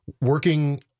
working